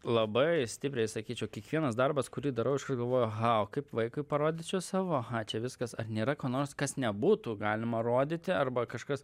labai stipriai sakyčiau kiekvienas darbas kurį darau iškart galvoju aha o kaip vaikui parodyčiau savo čia viskas ar nėra ko nors kas nebūtų galima rodyti arba kažkas